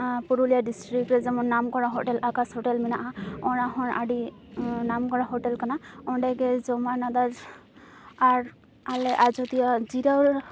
Purulia district ᱡᱮᱢᱚᱱ ᱱᱟᱢᱠᱚᱨᱟ hotel ᱟᱠᱟᱥ ᱦᱳᱴᱮᱞ ᱢᱮᱱᱟᱜᱼᱟ ᱚᱱᱟᱦᱚᱸ ᱟᱹᱰᱤ ᱱᱟᱢᱠᱚᱨᱟ ᱦᱳᱴᱮᱞ ᱠᱟᱱᱟ ᱚᱸᱰᱮᱜᱮ ᱡᱚᱢᱟᱜ ᱟᱨ ᱟᱞᱮ ᱟᱡᱚᱫᱤᱭᱟᱹ ᱡᱤᱨᱟᱹᱣ